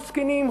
זקנים,